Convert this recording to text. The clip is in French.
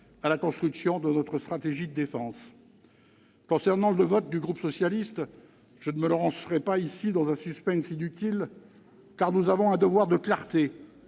à la construction de notre stratégie de défense. Concernant le vote du groupe socialiste, je ne me lancerai pas ici dans un suspense inutile, car nous avons un devoir de clarté